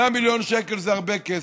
100 מיליון שקל זה הרבה כסף,